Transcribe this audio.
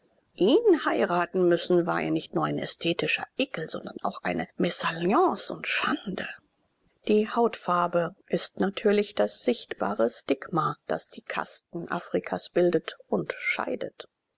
ihn heiraten müssen war ihr nicht nur ein ästhetischer ekel sondern auch eine mesalliance und schande die hautfarbe nämlich ist das sichtbare stigma das die kasten afrikas bildet und scheidet